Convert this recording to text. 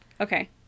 okay